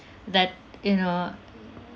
that you know